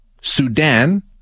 Sudan